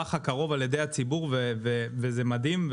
בטווח הקרוב על ידי הציבור וזה מדהים.